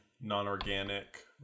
non-organic